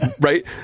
right